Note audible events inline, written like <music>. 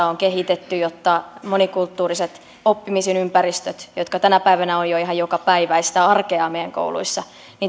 <unintelligible> on kehitetty jotta monikulttuuriset oppimisen ympäristöt jotka tänä päivänä ovat jo ihan jokapäiväistä arkea meidän kouluissa